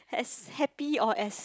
as happy or as